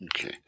Okay